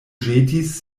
ĵetis